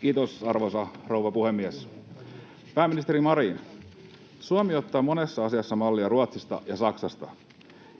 Kiitos, arvoisa rouva puhemies! Pääministeri Marin, Suomi ottaa monessa asiassa mallia Ruotsista ja Saksasta,